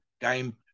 game